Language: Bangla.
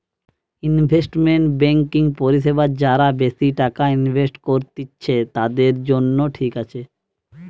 ইনভেস্টমেন্ট বেংকিং পরিষেবা যারা বেশি টাকা ইনভেস্ট করত্তিছে, তাদের জন্য ঠিক আছে